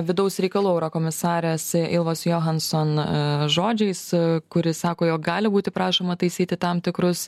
vidaus reikalų eurokomisarės ilvos johanson žodžiais kuri sako jog gali būti prašoma taisyti tam tikrus